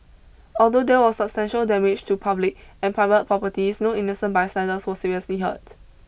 although there was substantial damage to public and private properties no innocent bystanders was seriously hurt